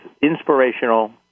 inspirational